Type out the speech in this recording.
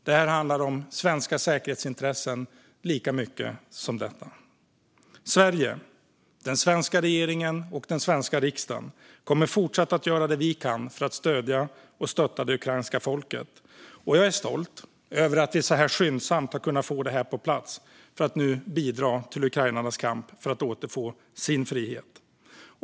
Det handlar lika mycket om svenska säkerhetsintressen. Sverige, den svenska regeringen och den svenska riksdagen kommer fortsatt att göra det vi kan för att stödja det ukrainska folket. Jag är stolt över att vi så här skyndsamt har kunnat få detta på plats för att nu bidra till ukrainarnas kamp för att återfå sin frihet.